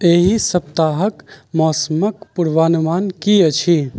एहि सप्ताहक मौसमक पूर्वानुमान की अछि